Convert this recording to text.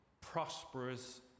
prosperous